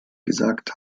gesagt